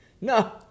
No